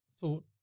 thought